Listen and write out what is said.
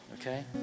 okay